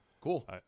cool